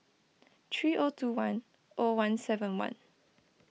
three O two one O one seven one